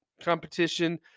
competition